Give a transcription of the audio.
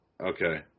Okay